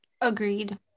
Agreed